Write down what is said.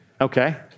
Okay